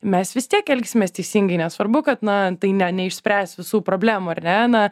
mes vis tiek elgsimės teisingai nesvarbu kad na tai neišspręs visų problemų ar ne na